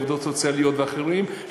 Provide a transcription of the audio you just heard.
עובדות סוציאליות ואחרים,